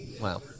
Wow